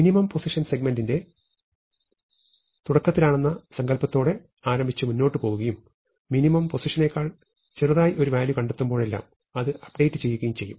minimum position സെഗ്മെന്റിന്റെ തുടക്കതിലാണെന്ന സങ്കല്പത്തോടെ ആരംഭിച്ച് മുന്നോട്ട് പോവുകയും മിനിമം പൊസിഷനെക്കാൾ ചെറുതായി ഒരു വാല്യൂ കണ്ടെത്തുമ്പോഴെല്ലാം അത് അപ്ഡേറ്റ് ചെയ്യുകയും ചെയ്യും